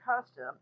custom